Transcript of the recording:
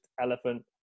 elephant